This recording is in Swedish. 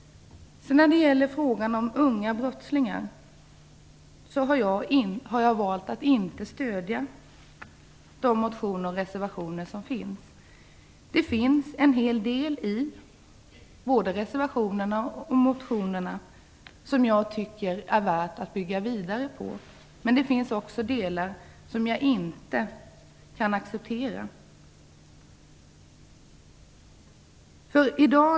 När det gäller frågan om unga brottslingar har jag valt att inte stödja de motioner och reservationer som finns. Det finns en hel del både i reservationerna och motionerna som jag tycker är värt att bygga vidare på, men det finns också delar som jag inte kan acceptera.